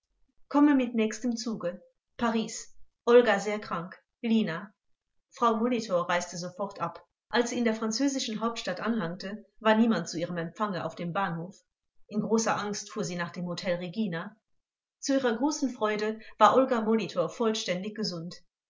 komme mit nächstem zuge paris olga sehr krank lina frau molitor reiste sofort ab als sie in der französischen hauptstadt anlangte war niemand zu ihrem empfange auf dem bahnhof in großer angst fuhr sie nach dem hotel regina zu ihrer großen freude war olga molitor vollständig gesund